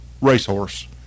racehorse